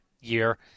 year